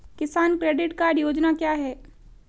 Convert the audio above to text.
किसान credit card योजना क्या है?